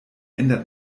ändert